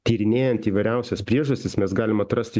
tyrinėjant įvairiausias priežastis mes galim atrasti